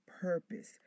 purpose